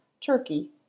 Turkey